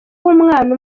w’umwana